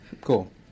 Cool